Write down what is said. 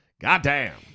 Goddamn